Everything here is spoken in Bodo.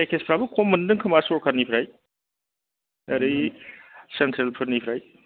पेक्केसफ्राबो खम मोनदों खोमा सरकारनिफ्राय ओरै सेन्ट्रेलफोरनिफ्राय